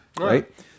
Right